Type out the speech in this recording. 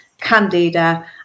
candida